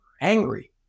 angry